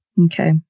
Okay